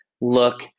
look